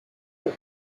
seul